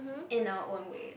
in our own ways